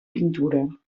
pintura